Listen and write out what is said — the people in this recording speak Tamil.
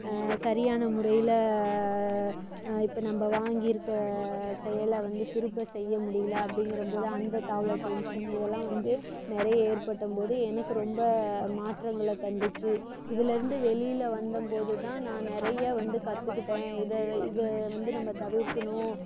சரியான முறையில் இப்போ நம்ம வாங்கி இருக்க செயலை வந்து திருப்ப செய்ய முடியலை அப்படிங்கிறம் போது அந்த தவுல டென்ஷன் இதெல்லாம் வந்து நிறைய ஏற்பட்டபோது எனக்கு ரொம்ப மாற்றங்களை தந்துச்சு இதிலேருந்து வெளியில் வந்தபோது தான் நான் நிறைய வந்து கற்றுக்கிட்டேன் இதை வ இதை வந்து நம்ம தவிர்க்கணும்